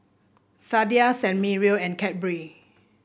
Sadia San Remo and Cadbury